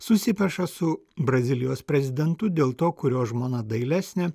susipeša su brazilijos prezidentu dėl to kurio žmona dailesnė